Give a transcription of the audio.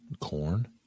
Corn